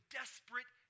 desperate